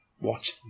watch